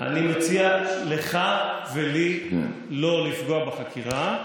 אני מציע לך ולי לא לפגוע בחקירה.